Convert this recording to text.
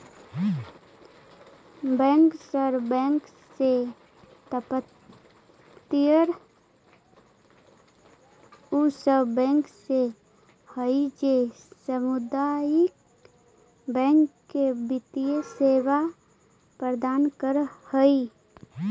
bankers bank से तात्पर्य उ सब बैंक से हइ जे सामुदायिक बैंक के वित्तीय सेवा प्रदान करऽ हइ